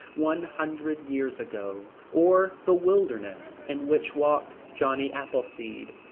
one hundred years ago, or the wilderness in which walked johnny appleseed.